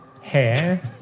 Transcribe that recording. hair